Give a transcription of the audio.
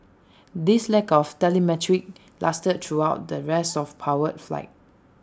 this lack of telemetry lasted throughout the rest of powered flight